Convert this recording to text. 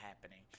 happening